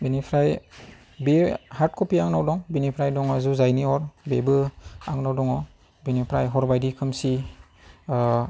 बेनिफ्राय बियो hard copy आंनाव दं बिनिफ्राय दङ जुजाइनि अर बेबो आंनाव दङ बिनिफ्राय हर बायदि खोमसि